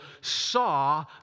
saw